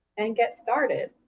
and get started.